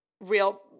real